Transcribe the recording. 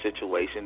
situation